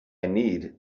need